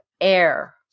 air